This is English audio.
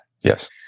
Yes